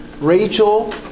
Rachel